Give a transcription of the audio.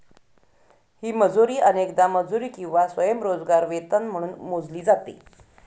ही मजुरी अनेकदा मजुरी किंवा स्वयंरोजगार वेतन म्हणून मोजली जाते